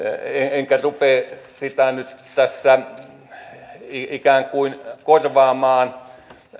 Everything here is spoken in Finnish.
enkä rupea sitä nyt tässä ikään kuin korvaamaan